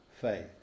faith